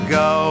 go